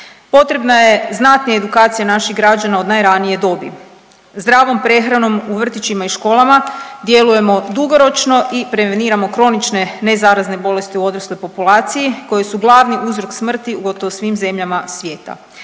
Potrebna je znatnija edukacija naših građana od najranije dobi, zdravom prehranom u vrtićima i školama djelujemo dugoročno i preveniramo kronične nezarazne bolesti u odrasloj populaciji koji su glavni uzrok smrti u gotovo svim zemljama svijeta.